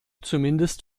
zumindest